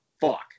fuck